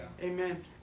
Amen